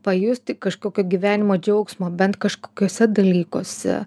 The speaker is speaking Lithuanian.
pajusti kažkokio gyvenimo džiaugsmo bent kažkokiuose dalykuose